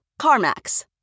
CarMax